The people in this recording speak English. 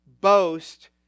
boast